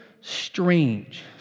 strange